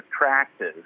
attractive